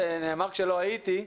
זה נאמר כשלא הייתי,